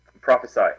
Prophesy